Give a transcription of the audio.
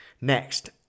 Next